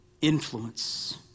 influence